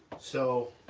so,